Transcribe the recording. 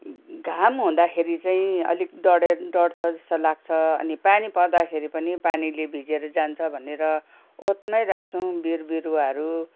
घाम हुँदाखेरि चाहिँ अलिक डढे डढ्छ जस्तो लाग्छ अनि पानी पर्दाखेरि पनि पानीले भिजेर जान्छ भनेर ओतमै राख्छौँ बिउ बिरुवाहरू